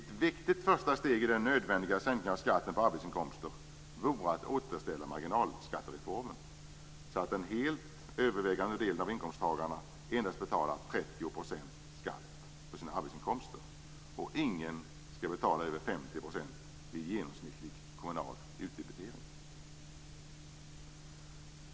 Ett viktigt första steg i den nödvändiga sänkningen av skatten på arbetsinkomster vore att återställa marginalskattereformen så att den helt övervägande delen av inkomsttagarna endast betalar 30 % i skatt på sina arbetsinkomster. Ingen skall betala över 50 % vid genomsnittlig kommunal utdebitering.